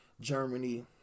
Germany